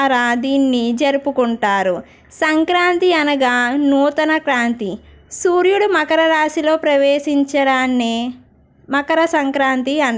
ద్వారా దీన్ని జరుపుకుంటారు సంక్రాంతి అనగా నూతన క్రాంతి సూర్యుడు మకర రాశిలో ప్రవేశించడాన్ని మకర సంక్రాంతి అంటారు